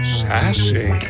sassy